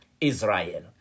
Israel